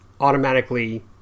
automatically